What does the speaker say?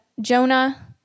Jonah